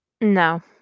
no